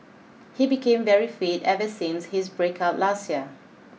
he became very fit ever since his breakup last year